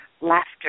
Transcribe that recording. Laughter